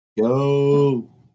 Go